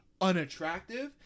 unattractive